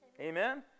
Amen